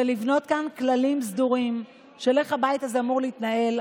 ולבנות כאן כללים סדורים איך הבית הזה אמור להתנהל,